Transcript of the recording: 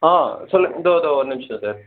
ஆ சொல்லுங்கள் இதோ இதோ ஒரு நிமிடம் சார்